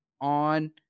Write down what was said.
on